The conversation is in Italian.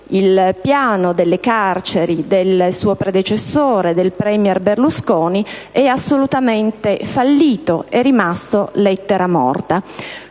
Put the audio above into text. il piano carceri del suo predecessore e del premier Berlusconi è assolutamente fallito, è rimasto lettera morta.